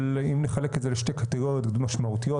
אבל אם נחלק את זה לשתי קטגוריות משמעותיות,